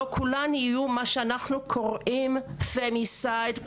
לא כולן יהיו מה שאנחנו קוראים פמיסייד (femicide)